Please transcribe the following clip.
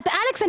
אלכס,